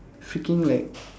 freaking like